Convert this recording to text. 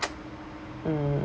mm